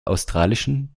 australischen